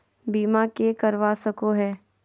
बीमा के करवा सको है?